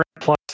plus